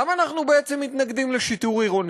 למה אנחנו בעצם מתנגדים לשיטור עירוני?